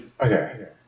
okay